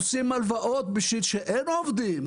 עושים הלוואות כי אין עובדים.